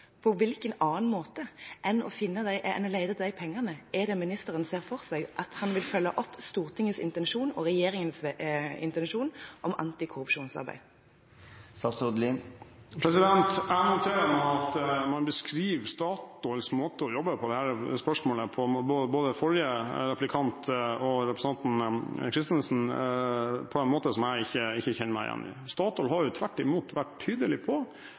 På hvilken annen måte enn å lete etter de pengene ser ministeren for seg at han vil følge opp Stortingets intensjon og regjeringens intensjon om antikorrupsjonsarbeid? Jeg noterer meg at man i dette spørsmålet beskriver Statoils måte å jobbe på – både forrige replikant og representanten Christensen – på en måte som jeg ikke kjenner meg igjen i. Statoil har jo tvert imot vært tydelig på